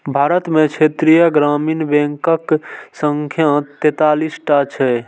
भारत मे क्षेत्रीय ग्रामीण बैंकक संख्या तैंतालीस टा छै